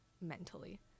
mentally